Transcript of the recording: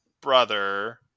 brother